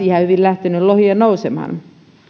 ihan hyvin lähtenyt lohia nousemaan